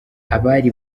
abari